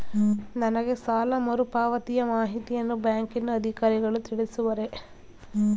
ನನಗೆ ಸಾಲ ಮರುಪಾವತಿಯ ಮಾಹಿತಿಯನ್ನು ಬ್ಯಾಂಕಿನ ಅಧಿಕಾರಿಗಳು ತಿಳಿಸುವರೇ?